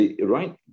right